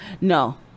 No